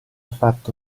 fatto